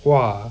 !wah!